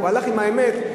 הוא הלך עם האמת.